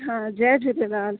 हा जय झूलेलाल